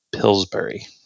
Pillsbury